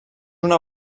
una